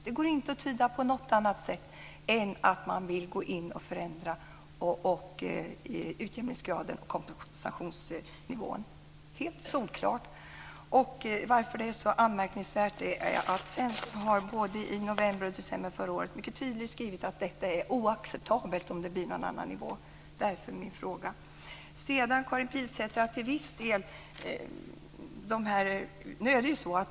Det går inte att tyda på något annat sätt än att man vill förändra utjämningsgraden och kompensationsnivån. Det är helt solklart. Det är anmärkningsvärt därför att Centern både i november och december förra året skrev att det är oacceptabelt med någon annan nivå. Det var därför jag ställde min fråga.